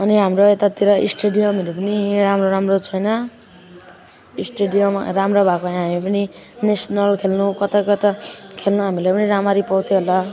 अनि हाम्रो यतातिर स्टेडियमहरू पनि राम्रो राम्रो छैन स्टेडियम राम्रो भए पनि हामी पनि नेसनल खेल्नु कता कता खेल्नु हामीले पनि राम्ररी पाउँथ्यो होला